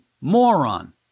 moron